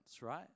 right